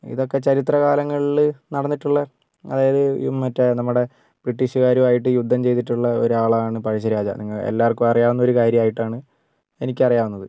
ഇതൊക്കെ ചരിത്രകാലങ്ങളിൽ നടന്നിട്ടുള്ള അതായത് മറ്റേ നമ്മുടെ ബ്രിട്ടീഷ്കാരുമായിട്ട് യുദ്ധം ചെയ്തിട്ടുള്ള ഒരാളാണ് പഴശ്ശിരാജ നിങ്ങൾ എല്ലാർക്കും അറിയാവുന്ന ഒരു കാര്യമായിട്ടാണ് എനിക്കറിയാവുന്നത്